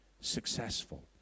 successful